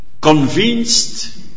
convinced